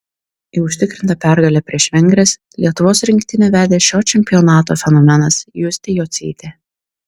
į užtikrintą pergalę prieš vengres lietuvos rinktinę vedė šio čempionato fenomenas justė jocytė